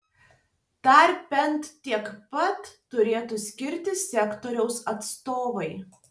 dar bent tiek pat turėtų skirti sektoriaus atstovai